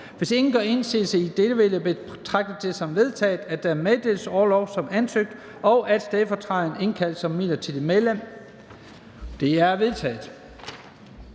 Hvis ingen gør indsigelse, vil jeg betragte det som vedtaget, at der meddeles orlov som ansøgt, og at stedfortræderen indkaldes som midlertidigt medlem. Det er vedtaget.